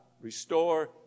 Restore